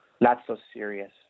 not-so-serious